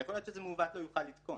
יכול להיות שזה מעוות שלא יוכל לתקון.